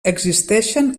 existeixen